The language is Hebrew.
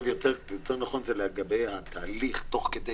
יותר נכון זה לגבי התהליך, תוך כדי.